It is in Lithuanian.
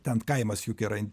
ten kaimas juk yra